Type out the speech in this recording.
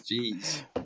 Jeez